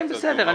בסדר.